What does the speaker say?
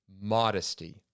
modesty